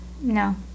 no